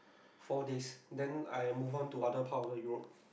four days then I move on to other part of the Europe